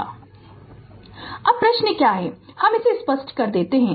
Refer Slide Time 1219 अब प्रश्न क्या है हम इसे स्पष्ट कर देते है